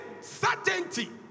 certainty